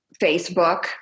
Facebook